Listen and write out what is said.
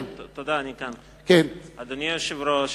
אדוני היושב-ראש,